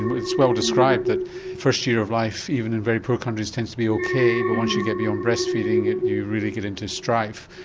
it's well described that the first year of life even in very poor countries tends to be ok but once you get beyond breastfeeding you really get into strife.